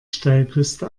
steilküste